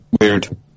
Weird